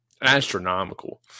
astronomical